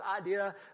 idea